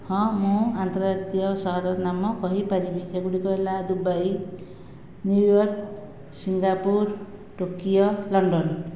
ହଁ ମୁଁ ଆନ୍ତର୍ଜାତୀୟ ସହରର ନାମ କହିପାରିବି ସେଗୁଡ଼ିକ ହେଲା Dubai New York Singapore Tokyo London